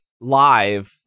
live